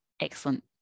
excellent